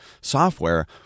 software